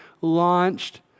launched